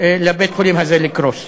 לבית-חולים הזה לקרוס.